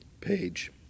page